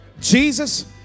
jesus